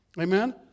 Amen